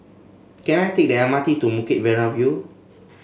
can I take the M R T to Bukit Merah View